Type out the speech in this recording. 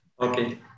Okay